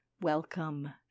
Welcome